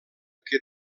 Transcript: que